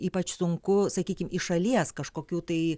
ypač sunku sakykim iš šalies kažkokių tai